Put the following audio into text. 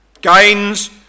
Gains